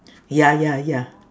ya ya ya